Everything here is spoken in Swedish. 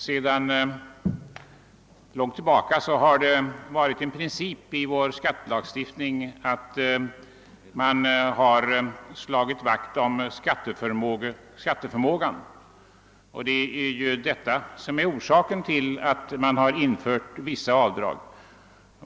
Herr talman! Sedan långt tillbaka har det varit en princip i vår skattelagstiftning att slå vakt om skatteförmågan, och det är därför man har infört vissa avdrag.